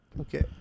Okay